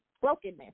brokenness